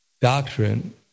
doctrine